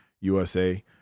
USA